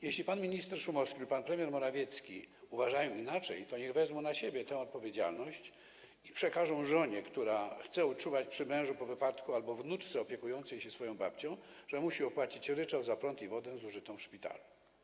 Jeśli pan minister Szumowski i pan premier Morawiecki uważają inaczej, to niech wezmą na siebie tę odpowiedzialność i przekażą żonie, która chce czuwać przy mężu po wypadku, albo wnuczce opiekującej się swoją babcią, że musi opłacić ryczałt za prąd i wodę zużyte w szpitalu.